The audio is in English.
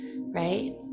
right